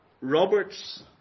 Roberts